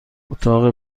اتاق